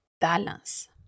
balance